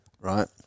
right